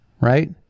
right